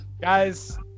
Guys